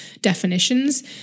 definitions